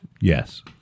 Yes